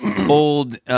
old